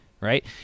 right